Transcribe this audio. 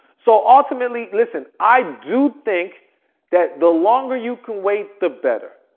so, ultimately, listen, i do think that the longer you can wait, the better.